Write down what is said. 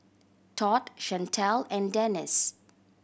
Todd Chantel and Denice